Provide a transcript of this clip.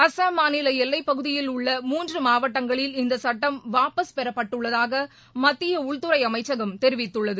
அஸ்ஸாம் மாநில எல்லைப்பகுதியில் உள்ள மூன்று மாவட்டங்களில் இந்த சுட்டம் வாபஸ் பெறப்பட்டுள்ளதாக மத்திய உள்துறை அமைச்சகம் தெரிவித்துள்ளது